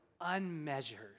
unmeasured